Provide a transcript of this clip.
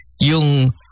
yung